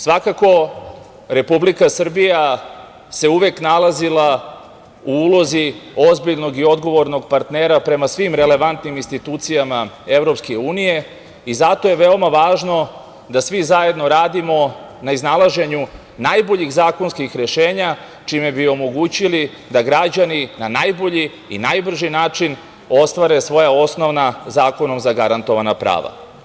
Svakako Republika Srbija se uvek nalazila u ulozi ozbiljnog i odgovornog partnera prema svim relevatnim institucijama EU i zato je veoma važno da svi zajedno radimo na iznalaženju najboljih zakonskih rešenja, čime bi omogućili da građani na najbolji i najbrži način ostvare svoje osnovna zakonom zagarantovana prava.